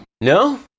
No